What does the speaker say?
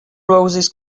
roses